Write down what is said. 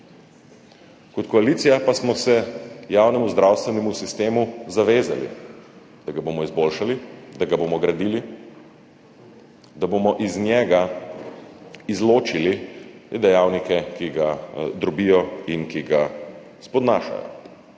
Kot koalicija pa smo se javnemu zdravstvenemu sistemu zavezali, da ga bomo izboljšali, da ga bomo gradili, da bomo iz njega izločili te dejavnike, ki ga drobijo in ki ga spodnašajo.